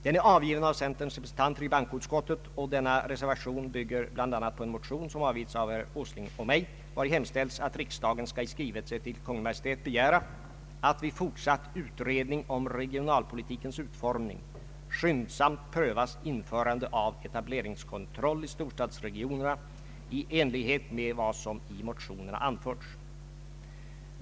Den är avgiven av centerns representanter i bankoutskottet, och denna reservation bygger bl.a. på en motion som har avgivits av herr Åsling och mig, vari hemställs att riksdagen skall i skrivelse till Kungl. Maj:t begära att vid fortsatt utredning om regionalpolitikens utformning skyndsamt prövas införande av etableringskontroll i storstadsregionerna i enlighet med vad som i motionerna an förts.